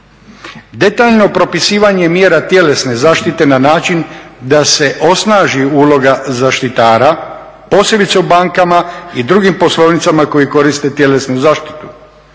Detaljno propisivanje mjera tjelesne zaštite na način da se osnaži uloga zaštitara, posebice u bankama i drugim poslovnicama koji koriste tjelesnu zaštitu.